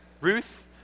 Ruth